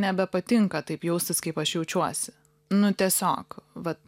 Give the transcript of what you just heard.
nebepatinka taip jaustis kaip aš jaučiuosi nu tiesiog vat